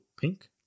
pink